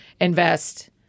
invest